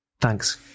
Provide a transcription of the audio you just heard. Thanks